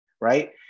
Right